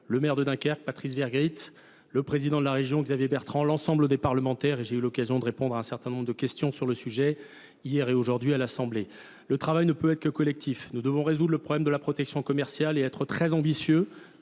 le maire de Dunkerque, Patrice Vergret, le président de la région, Xavier Bertrand, l'ensemble des parlementaires, et j'ai eu l'occasion de répondre à un certain nombre de questions sur le sujet, hier et aujourd'hui à l'Assemblée. Le travail ne peut être que collectif. Nous devons résoudre le problème de la protection commerciale et être très ambitieux.